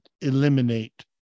eliminate